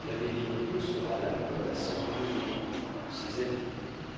l'abbé birotteau sera là comme à cent lieues de tours de ses amis de tout